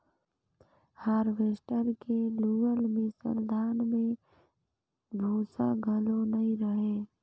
harvester के लुअल मिसल धान में भूसा घलो नई रहें